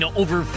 over